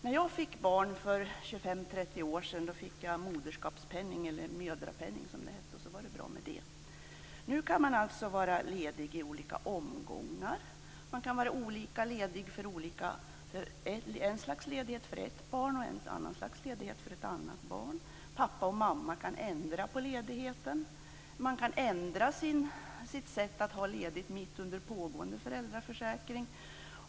När jag för 25-30 år sedan fick barn fick jag moderskapspenning - mödrapenning, som det hette. Sedan var det bra med det. Nu kan man alltså vara ledig i olika omgångar. Man kan ha olika ledigheter, ett slags ledighet för ett barn och ett annat slags ledighet för ett annat barn. Pappa och mamma kan ändra på ledigheten. Man kan ändra sitt sätt att ha ledigt mitt under pågående föräldraförsäkring.